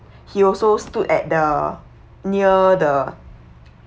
he also stood at the near the